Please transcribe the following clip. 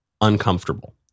uncomfortable